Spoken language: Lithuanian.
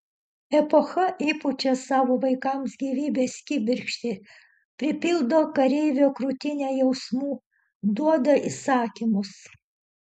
epocha įpučia savo vaikams gyvybės kibirkštį pripildo kareivio krūtinę jausmų duoda įsakymus